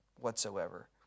whatsoever